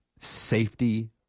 safety